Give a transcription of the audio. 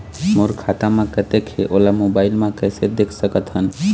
मोर खाता म कतेक हे ओला मोबाइल म कइसे देख सकत हन?